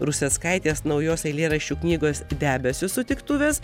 ruseckaitės naujos eilėraščių knygos debesiu sutiktuvės